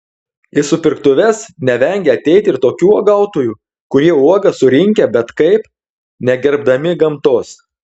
į supirktuves nevengia ateiti ir tokių uogautojų kurie uogas surinkę bet kaip negerbdami gamtos